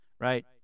right